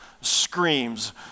screams